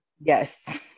Yes